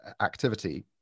activity